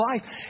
life